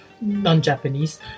non-Japanese